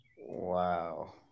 Wow